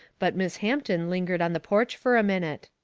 but miss hampton lingered on the porch fur a minute.